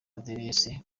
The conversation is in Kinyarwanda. adresse